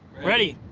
ready.